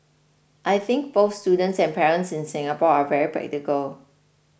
I think both students and parents in Singapore are very practical